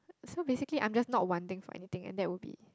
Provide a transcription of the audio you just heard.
so basically I'm just not wanting for anything and that will be